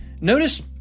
Notice